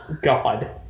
God